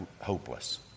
hopeless